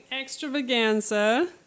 extravaganza